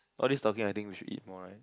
all this talking I think we should eat more right